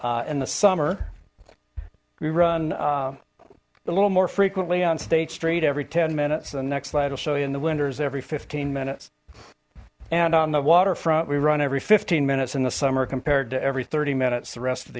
in the summer we run a little more frequently on state street every ten minutes the next slide will show you in the winters every fifteen minutes and on the waterfront we run every fifteen minutes in the summer compared to every thirty minutes the rest of